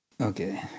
Okay